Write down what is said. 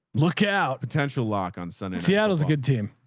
look out potential lock on sunday yeah was a good team.